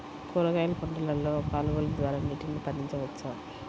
కూరగాయలు పంటలలో కాలువలు ద్వారా నీటిని పరించవచ్చా?